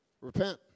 Repent